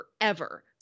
forever